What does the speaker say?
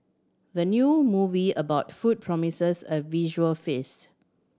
the new movie about food promises a visual feast